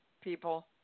people